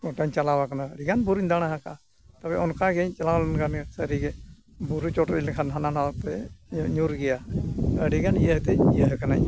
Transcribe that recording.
ᱜᱚᱴᱟᱧ ᱪᱟᱞᱟᱣ ᱟᱠᱟᱱᱟ ᱟᱹᱰᱤᱜᱟᱱ ᱵᱩᱨᱩᱧ ᱫᱟᱬᱟ ᱟᱠᱟᱫᱟ ᱛᱚᱵᱮ ᱚᱱᱠᱟᱜᱮᱧ ᱪᱟᱞᱟᱣ ᱥᱟᱹᱨᱤᱜᱮ ᱵᱩᱨᱩ ᱪᱚᱴᱨᱮ ᱦᱟᱱᱟ ᱱᱟᱣᱟ ᱧᱩᱨ ᱜᱮᱭᱟ ᱟᱹᱰᱤᱜᱟᱱ ᱤᱭᱟᱹᱛᱮ ᱤᱭᱟᱹ ᱠᱟᱱᱟᱧ